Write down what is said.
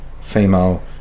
female